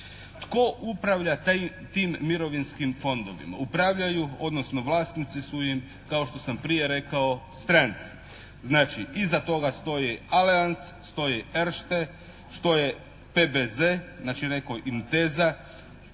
Tko upravlja tim mirovinskim fondovima? Upravljaju odnosno vlasnici su im kao što sam prije rekao stranci. Znači iza toga stoji Alliantz, stoji Erste, stoje PBZ znači rekoh Intesa,